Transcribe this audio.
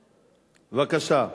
בבקשה.